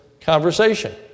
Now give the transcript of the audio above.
conversation